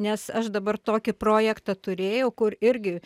nes aš dabar tokį projektą turėjau kur irgi